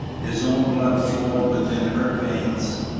his own blood flowed within her veins.